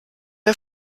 der